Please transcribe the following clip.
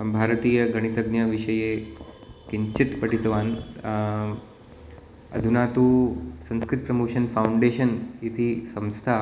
भारतीयगणितज्ञविषये किञ्चित् पठितवान् अधुना तु संस्कृत प्रमोशन् फ़ौण्डेशन् इति संस्था